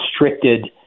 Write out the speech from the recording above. restricted